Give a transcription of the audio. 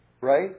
right